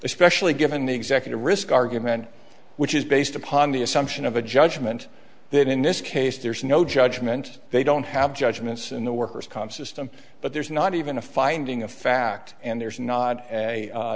especially given the executive risk argument which is based upon the assumption of a judgment that in this case there's no judgment they don't have judgments in the worker's comp system but there's not even a finding of fact and there's not a